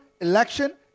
election